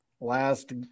Last